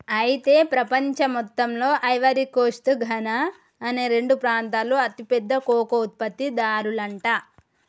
అయితే ప్రపంచంలో మొత్తంలో ఐవరీ కోస్ట్ ఘనా అనే రెండు ప్రాంతాలు అతి పెద్ద కోకో ఉత్పత్తి దారులంట